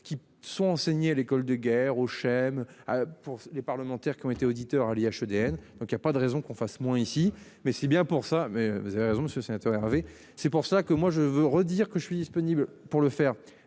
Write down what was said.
qui sont enseignées à l'école de guerre aux Chem pour les parlementaires qui ont été auditeur l'IHU ADN donc il y a pas de raison qu'on fasse moins ici mais c'est bien pour ça mais vous avez raison monsieur le sénateur, Hervé. C'est pour ça que moi je veux redire que je suis disponible pour le faire.